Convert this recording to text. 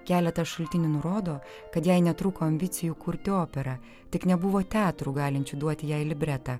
keletas šaltinių nurodo kad jai netrūko ambicijų kurti operą tik nebuvo teatrų galinčių duoti jai libretą